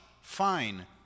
fine